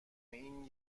این